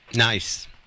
Nice